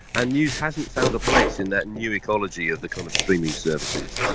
and news hasn't found a place in that new ecology of the kind of streaming services.